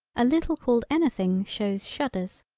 a little called anything shows shudders.